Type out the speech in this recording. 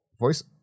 voice